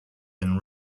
than